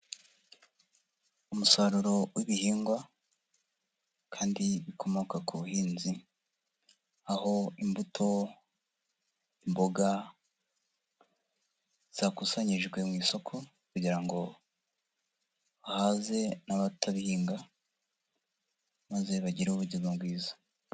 Umusaruro w' ibihingwa kandi bikomoka ku buhinzi, aho imbuto, imboga zakusanyijwe mu isoko kugira ngo bahaze n'abatabihinga maze bagire ubuzima bwiza.